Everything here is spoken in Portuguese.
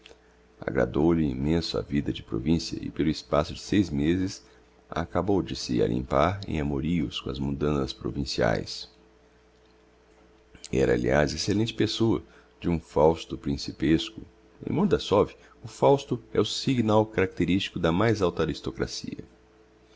mordassov agradou-lhe immenso a vida de provincia e pelo espaço de seis mêses acabou de se alimpar em amorios com as mundanas provinciaes era aliás excellente pessoa de um fausto principesco em mordassov o fausto é o signal caracteristico da mais alta aristocracia